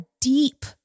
deep